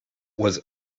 was